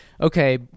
okay